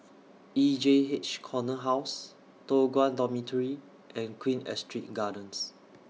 E J H Corner House Toh Guan Dormitory and Queen Astrid Gardens